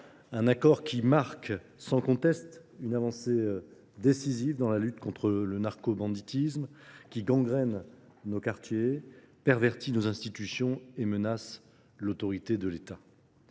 un accord qui marque sans conteste une avancée décisive dans la lutte contre le narco-banditisme qui gangrène nos quartiers, pervertit nos institutions et menace l'autorité de l'État.